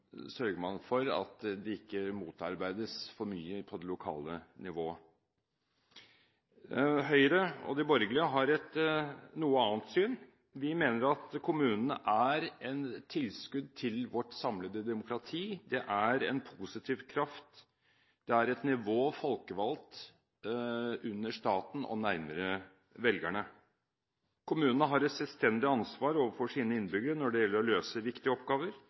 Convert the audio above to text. sørger man for at de ikke motarbeides for mye på det lokale nivå. Høyre og de borgerlige har et noe annet syn. Vi mener at kommunene er et tilskudd til vårt samlede demokrati, de er en positiv kraft og et nivå – folkevalgt – under staten og nærmere velgerne. Kommunene har et selvstendig ansvar overfor sine innbyggere når det gjelder å løse viktige oppgaver,